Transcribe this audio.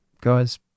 guys